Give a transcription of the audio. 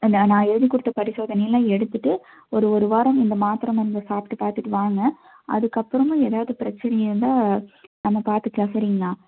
அந்த நான் எழுதிக் கொடுத்த பரிசோதனை எல்லாம் எடுத்துவிட்டு ஒரு ஒரு வாரம் இந்த மாத்திரை மருந்தை சாப்பிட்டு பார்த்துட்டு வாங்க அதுக்கப்புறமும் எதாவது பிரச்சினை இருந்தால் நம்ம பார்த்துக்கலாம் சரிங்களா